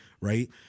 right